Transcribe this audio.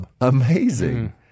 amazing